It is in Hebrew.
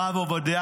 הרב עובדיה